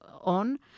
on